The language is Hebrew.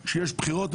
כשיש בחירות,